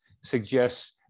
suggests